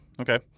Okay